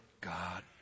God